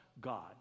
God